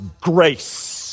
grace